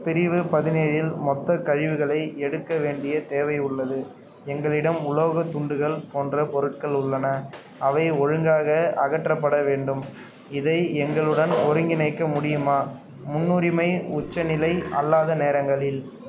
பிரிவுப் பதினேழில் மொத்தக் கழிவுகளை எடுக்க வேண்டியத் தேவை உள்ளது எங்களிடம் உலோகத் துண்டுகள் போன்றப் பொருட்கள் உள்ளன அவை ஒழுங்காக அகற்றப்பட வேண்டும் இதை எங்களுடன் ஒருங்கிணைக்க முடியுமா முன்னுரிமை உச்சநிலை அல்லாத நேரங்களில்